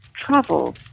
travel